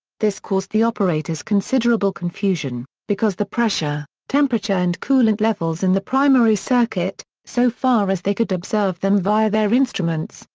this caused the operators considerable confusion, because the pressure, temperature and coolant levels levels in the primary circuit, so far as they could observe them via their instruments,